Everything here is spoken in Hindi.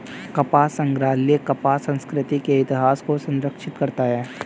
कपास संग्रहालय कपास संस्कृति के इतिहास को संरक्षित करता है